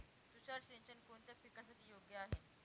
तुषार सिंचन कोणत्या पिकासाठी योग्य आहे?